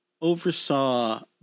oversaw